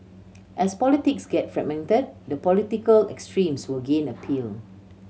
as politics get fragmented the political extremes will gain appeal